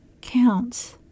counts